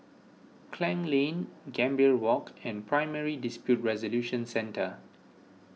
Klang Lane Gambir Walk and Primary Dispute Resolution Centre